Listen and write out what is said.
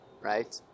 right